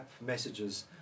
messages